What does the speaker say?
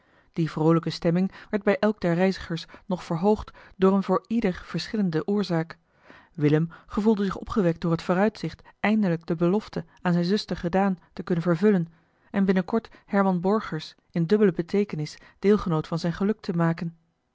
die vroolijke stemming werd bij elk der reizigers nog verhoogd door eene voor ieder verschillende oorzaak willem gevoelde zich opgewekt door het vooruitzicht eindelijk de belofte aan zijne zuster gedaan te kunnen vervullen en binnenkort herman borgers in dubbele beteekenis deelgenoot van zijn geluk te maken